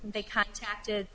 they contacted